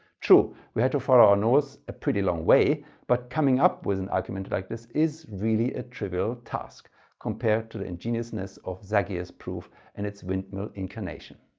true, we had to follow our nose a pretty long way but coming up with an argument like this is really a trivial task compared to the ingeniousness of zagier's proof and its windmill incarnation.